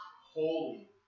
holy